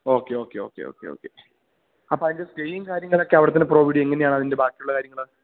okay okay okay okay okay അപ്പൊ അതിൻ്റെ സ്റ്റേയും കാര്യങ്ങളൊക്കെ അവിടെ തന്നെ പ്രൊവൈഡെയ്യോ എങ്ങനെയാ അതിൻറ്റെ ബാക്കിയുള്ള കാര്യങ്ങള്